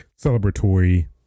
celebratory